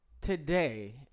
today